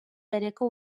bereko